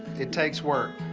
it takes work,